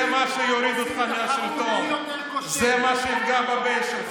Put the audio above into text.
שר האוצר הכי כושל שהיה בתולדות ישראל.